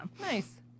Nice